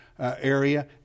area